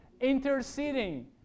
Interceding